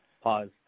Pause